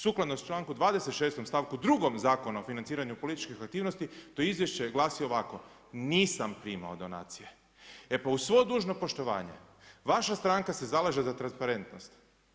Sukladno članku 26. stavku 2. Zakona o financiranju političkih aktivnosti to izvješće glasi ovako: „Nisam primao donacije.“ E pa uz svo dužno poštovanje vaša stranka se zalaže za transparentnost.